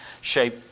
shape